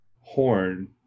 Horn